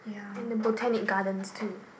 and the Botanic-Gardens too